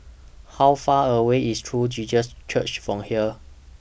How Far away IS True Jesus Church from here